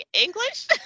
english